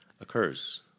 occurs